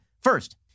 First